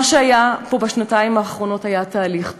מה שהיה פה בשנתיים האחרונות היה תהליך טוב.